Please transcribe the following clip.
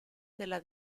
della